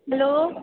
hello